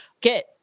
get